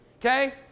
Okay